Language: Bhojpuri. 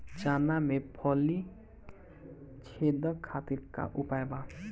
चना में फली छेदक खातिर का उपाय बा?